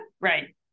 right